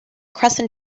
crescent